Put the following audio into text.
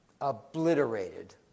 Obliterated